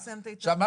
עכשיו,